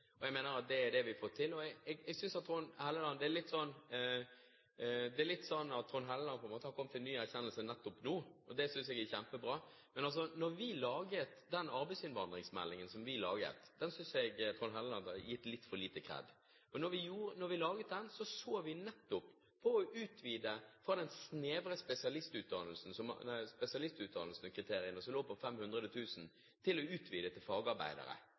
Jeg mener at det er det vi får til. Trond Helleland har på en måte kommet til en ny erkjennelse nettopp nå. Det synes jeg er kjempebra. Men arbeidsinnvandringsmeldingen som vi laget, synes jeg Trond Helleland har gitt litt for lite kred. Da vi laget den, så vi nettopp på å utvide de snevre spesialistutdannelseskriteriene som lå på 500 000 kr, til også å gjelde fagarbeidere. Det er en ganske betydelig utviding. Hvis vi er enige om at folk skal ha skikkelige lønninger når de jobber i Norge, må Høyre være med på å